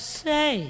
say